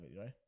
right